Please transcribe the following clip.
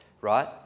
right